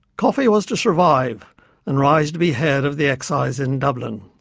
coffey was to survive and rise to be head of the excise in dublin.